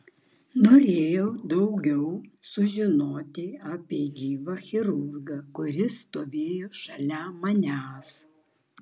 norėjau daugiau sužinoti apie gyvą chirurgą kuris stovėjo šalia manęs